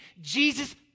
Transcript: Jesus